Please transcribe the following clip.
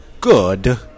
good